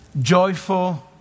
joyful